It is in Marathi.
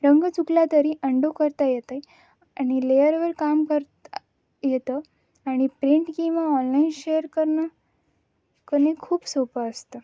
रंग चुकला तरी अंडू करता येतं आहे आणि लेयरवर काम करता येतं आणि प्रिंट किंवा ऑनलाईन शेअर करणं करणे खूप सोपं असतं